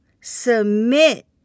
submit